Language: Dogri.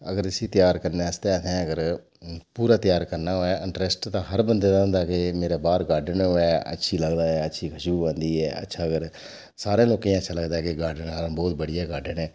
अगर इसी त्यार करने आस्तै असें अगर पूरा त्यार करना होऐ इंटरस्ट दा ते हर बंदे गी होंदा की मेरे बाह्र गॉर्डन होऐ अच्छा लगदा ऐ अच्छी खुश्बू आंदी ऐ अच्छा लगदा ऐ ते सारें लोकें गी अच्छा लगदा ऐ एह् गॉर्डन ऐ बहोत बढ़िया गॉर्डन ऐ